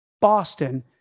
Boston